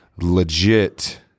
legit